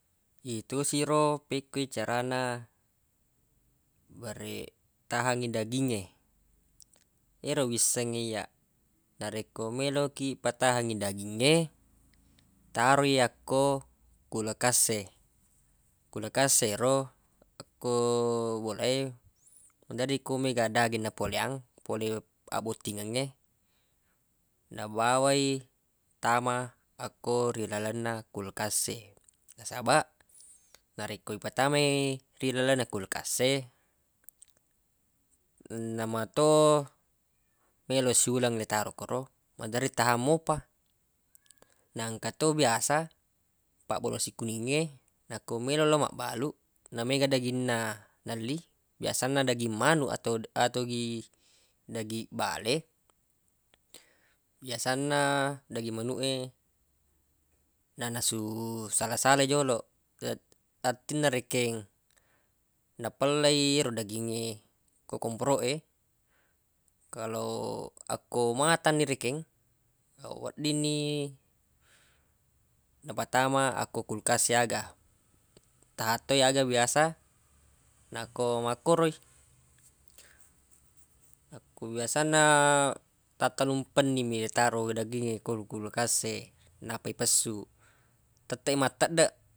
Yitosi ro pekkoi carana bareq tahangngi dagingnge ero wissengnge iyyaq narekko meloq kiq patahangngi dagingnge taroi yakko kulekas e kulekas ero akko bola emaderri ko mega daging napoleang pole abbottingnge nabawai tama akko ri lalenna kulkas e nasabaq narekko ipatamai ri lalenna kulkas e nama to melo siuleng le itaro koro maderri tahang mopa na engka to biasa pabbalu nasi kuningnge narekko meloq lo mabbalu na mega daginna nelli biasanna daging manuq ato gi daging bale biasanna daging manuq e nanasu sala-sala jolo artinna rekeng napella i yero dagingnge ko komporoq e kalo akko matang ni rekeng weddinni napatama akko kulkas e aga tahang to aga biasa nakko makkoro i akko biasanna ta tellumpenni mi taro dagingnge ko kulkas e nappa ipessu tetteq i matteddeq.